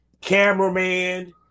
cameraman